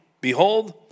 behold